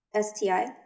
STI